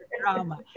drama